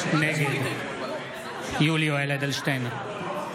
נגד יולי יואל אדלשטיין,